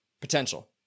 potential